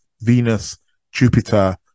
Venus-Jupiter